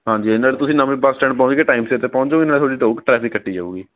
ਹਾਂਜੀ ਨਾਲੇ ਤੁਸੀਂ ਨਵੇਂ ਬੱਸ ਸਟੈਂਡ ਪਹੁੰਚ ਕੇ ਟਾਈਮ ਸਿਰ ਤਾਂ ਪਹੁੰਚ ਜਾਓਗੇ ਨਾਲੇ ਤੁਹਾਡੀ ਟੋਕ ਟਰੈਫਿਕ ਕੱਟੀ ਜਾਊਗੀ